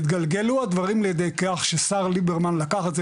התגלגלו הדברים לידי כך שהשר ליברמן לקח את זה